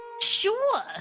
sure